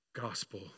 gospel